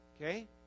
Okay